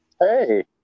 Hey